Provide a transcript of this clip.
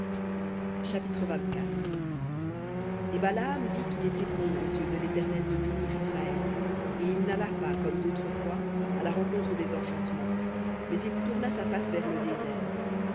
chapitre et balaam vit qu'il était bon aux yeux de l'éternel de bénir israël et il n'alla pas comme d'autres fois à la rencontre des enchantements mais il tourna sa face vers le désert